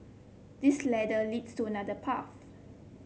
this ladder leads to another path